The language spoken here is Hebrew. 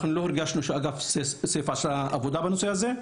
אנחנו לא הרגשנו שאגף סיף עשה עבודה בנושא הזה,